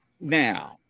Now